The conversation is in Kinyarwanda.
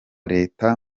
leta